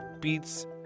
beats